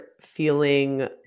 feeling